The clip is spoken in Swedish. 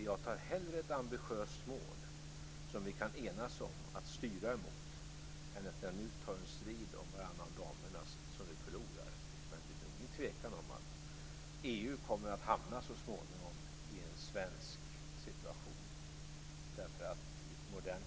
Jag är definitivt övertygad om att vi redan har börjat processen med att sätta ut mål på detta område.